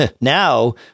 now